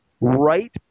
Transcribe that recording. Right